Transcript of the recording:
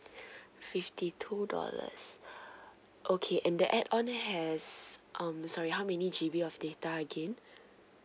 fifty two dollars okay and the add on has um sorry how many G_B of data again